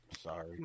sorry